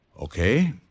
Okay